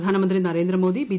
പ്രധാനമന്ത്രി നരേന്ദ്രമോദി ബി